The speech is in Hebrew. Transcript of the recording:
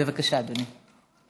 בבקשה, אדוני.